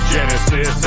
Genesis